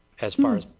as far as.